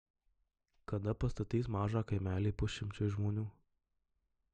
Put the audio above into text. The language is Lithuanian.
kada pastatys mažą kaimelį pusšimčiui žmonių